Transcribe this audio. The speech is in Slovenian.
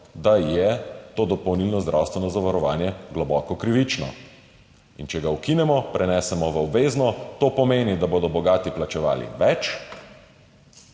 da je to dopolnilno zdravstveno zavarovanje globoko krivično. Če ga ukinemo, prenesemo v obvezno, to pomeni, da bodo bogati plačevali več,